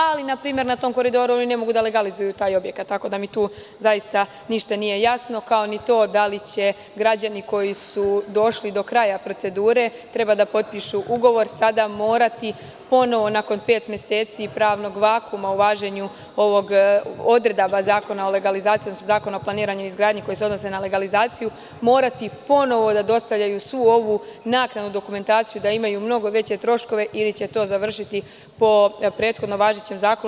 Ali, na primer, na tom koridoru oni ne mogu da legalizuju taj objekat, tako da mi tu zaista ništa nije jasno, kao ni to da li će građani, koji su došli do kraja procedure i treba da potpišu ugovor, sada morati ponovo nakon pet meseci pravnog vakuma u važenju odredaba Zakona o legalizacije, odnosno Zakona o planiranju i izgradnji koji se odnosi na legalizaciju, da dostavljaju svu ovu naknadnu dokumentaciju, da imaju mnogo veće troškove, ili će to završiti po prethodno važećem zakonu?